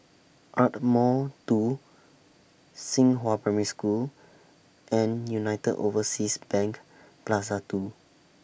Ardmore two Xinghua Primary School and United Overseas Bank Plaza two